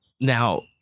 Now